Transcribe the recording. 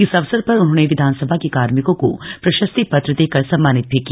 इस अवसर पर उन्होंने विधानसभा के कार्मिकों को प्रशस्ति पत्र देकर सम्मानित भी किया